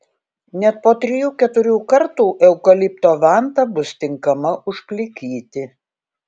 net po trijų keturių kartų eukalipto vanta bus tinkama užplikyti